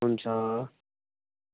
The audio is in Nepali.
हुन्छ